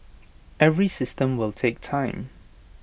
every system will take time